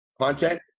Content